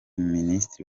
minisitiri